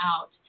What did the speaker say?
out